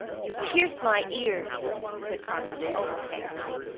you pierce my ears, said carmilla, almost angrily,